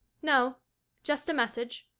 no just a message.